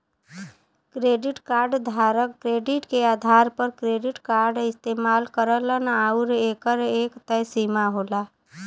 credit card धारक credit के आधार पर क्रेडिट कार्ड इस्तेमाल करलन आउर एकर एक तय सीमा होला